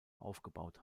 aufgebaut